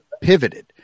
pivoted